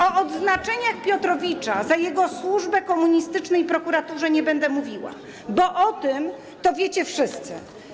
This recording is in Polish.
O odznaczeniach Piotrowicza za jego służbę komunistycznej prokuraturze nie będę mówiła, bo o tym to wiecie wszyscy.